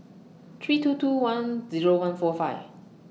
three two two one Zero one four five